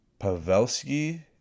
Pavelski